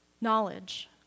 Knowledge